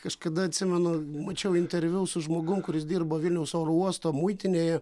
kažkada atsimenu mačiau interviu su žmogum kuris dirbo vilniaus oro uosto muitinėje